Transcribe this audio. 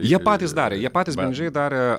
jie patys darė jie patys bendžiai darė